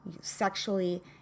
sexually